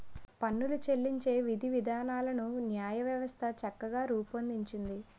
పన్నులు చెల్లించే విధివిధానాలను న్యాయవ్యవస్థ చక్కగా రూపొందించింది